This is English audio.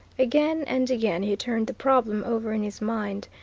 again and again he turned the problem over in his mind.